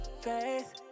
faith